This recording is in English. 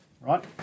right